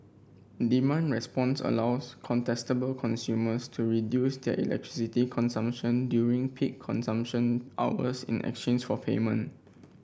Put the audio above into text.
demand response allows contestable consumers to reduce their electricity consumption during peak consumption hours in exchange for payment